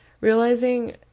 realizing